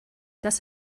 das